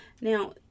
Now